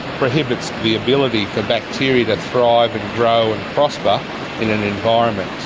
prohibits the ability for bacteria to thrive and grow and prosper in an environment.